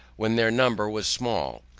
when their number was small,